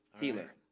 healer